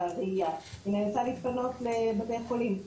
בראייה והיא נאלצה להתפנות לבתי חולים.